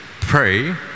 pray